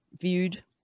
viewed